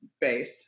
base